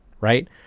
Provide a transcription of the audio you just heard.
right